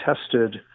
tested